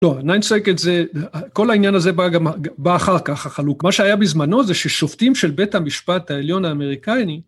לא, ניין סרקט זה, כל העניין הזה בא גם אחר כך החלוק. מה שהיה בזמנו זה ששופטים של בית המשפט העליון האמריקאי,